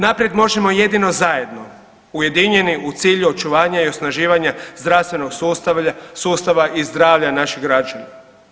Naprijed možemo jedino zajedno ujedinjeni u cilju očuvanja i osnaživanja zdravstvenog sustava i zdravlja naših građana.